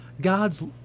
God's